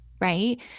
right